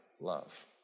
love